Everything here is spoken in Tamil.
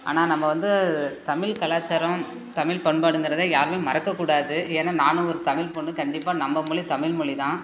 ஆனால் நம்ப வந்து தமிழ் கலாச்சாரம் தமிழ் பண்பாடுங்கிறதே யாருமே மறக்க கூடாது ஏன்னா நானும் ஒரு தமிழ் பொண்ணு கண்டிப்பாக நம்ப மொழி தமிழ் மொழிதான்